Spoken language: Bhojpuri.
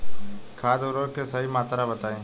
खाद उर्वरक के सही मात्रा बताई?